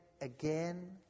again